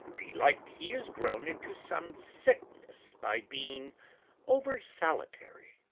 belike he is grown into some sickness by being over-solitary.